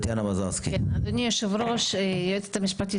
אדוני היושב ראש והיועצת המשפטית,